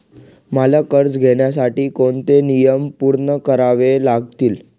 मला कर्ज घेण्यासाठी कोणते नियम पूर्ण करावे लागतील?